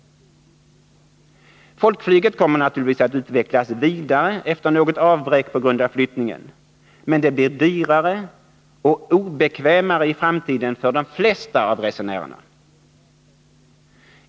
Folkflyget kommer naturligtvis att utvecklas vidare efter något avbräck på grund av flyttningen, men det blir dyrare och obekvämare i framtiden för de flesta av resenärerna.